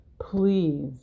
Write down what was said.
please